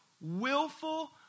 willful